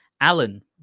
alan